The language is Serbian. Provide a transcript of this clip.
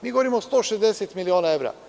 Mi govorimo o 160 miliona evra.